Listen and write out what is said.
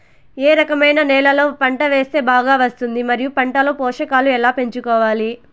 ఏ రకమైన నేలలో పంట వేస్తే బాగా వస్తుంది? మరియు పంట లో పోషకాలు ఎలా పెంచుకోవాలి?